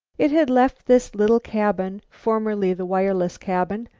it had left this little cabin, formerly the wireless cabin,